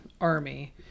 army